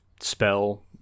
spell